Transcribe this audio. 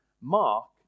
Mark